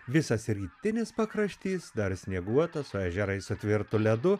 visas rytinis pakraštys dar snieguotas su ežerai su tvirtu ledu